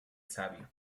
sabio